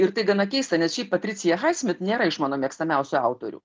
ir tai gana keista nes šiaip patricija haismit nėra iš mano mėgstamiausių autorių